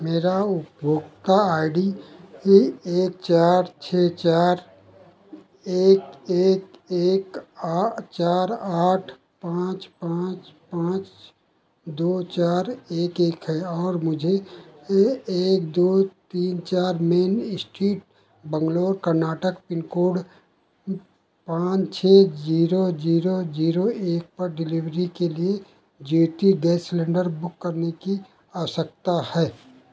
मेरा उपभोक्ता I D A एक चार छः चार एक एक एक आ चार आठ पाँच पाँच पाँच दो चार एक एक है और मुझे ए एक दो तीन चार main street Bangalore Karnataka pin code पान छः ज़ीरो ज़ीरो एक पर डिलेवरी के लिए ज्योति गैस सिलेंडर बुकिंग करने की आवश्यकता है